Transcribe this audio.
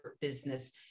business